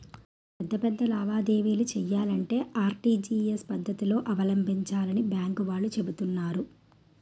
పెద్ద పెద్ద లావాదేవీలు చెయ్యాలంటే ఆర్.టి.జి.ఎస్ పద్దతినే అవలంబించాలని బాంకు వాళ్ళు చెబుతున్నారు